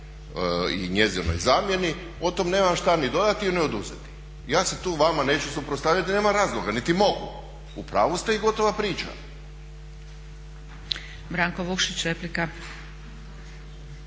Branko Vukšić replika.